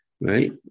right